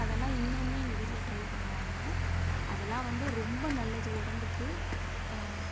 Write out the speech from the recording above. அதெலாம் இன்னமுமே எங்கள் வீட்டில் ட்ரை பண்ணுவாங்க அதெலாம் வந்து ரொம்ப நல்லது உடம்புக்கு